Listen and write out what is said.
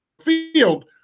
field